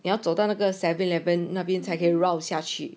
要走到那个 seven eleven 那边才可以绕下去